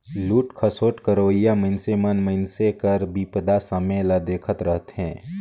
लूट खसोट करोइया मइनसे मन मइनसे कर बिपदा समें ल देखत रहथें